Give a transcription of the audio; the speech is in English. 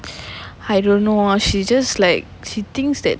I don't know uh she just like she thinks that